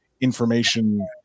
information